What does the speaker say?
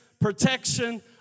protection